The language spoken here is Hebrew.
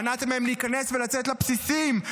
מנעתם מהם להיכנס ולצאת לבסיסים.